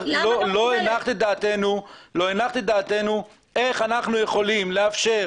לא הנחת את דעתנו איך אנו יכולים לאפשר